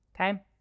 Okay